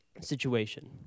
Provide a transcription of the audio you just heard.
situation